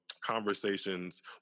conversations